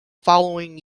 following